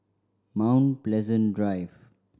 Mount Pleasant Drive